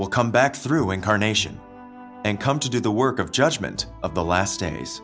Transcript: will come back through incarnation and come to do the work of judgment of the last days